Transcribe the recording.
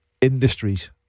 industries